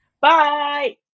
Bye